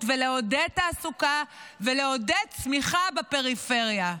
ולעודד תעסוקה ולעודד צמיחה בפריפריה,